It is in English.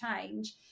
change